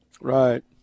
Right